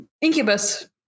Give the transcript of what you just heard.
Incubus